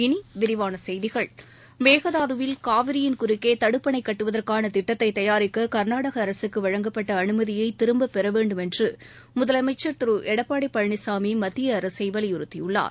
இனி விரிவான செய்திகள் மேகதாதுவில் காவிரியின் குறுக்கே தடுப்பணை கட்டுவதற்கான திட்டத்தை தயாரிக்க கர்நாடக அரசுக்கு வழங்கப்பட்ட அனுமதியை திரும்பப்பெற வேண்டும் என்று முதலமைச்சர் திரு எடப்பாடி பழனிசாமி மத்திய அரசை வலியுறுத்தியுள்ளார்